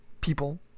People